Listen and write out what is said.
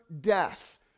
death